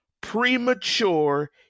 premature